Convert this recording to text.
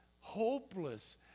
hopeless